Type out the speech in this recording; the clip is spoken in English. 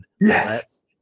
Yes